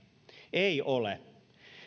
ei ole